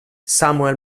samuel